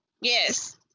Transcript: Yes